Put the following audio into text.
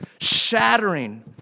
Shattering